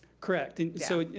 correct, and so,